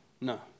No